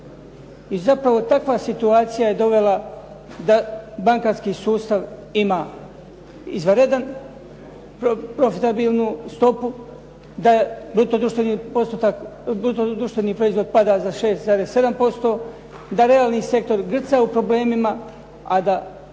I zapravo takva situacija je dovela da bankarski sustav ima izvanrednu profitabilnu stopu, da bruto društveni proizvod pada za 6,7%, da realni sektor grca u problemima, a da